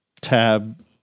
tab